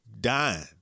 dying